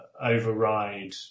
override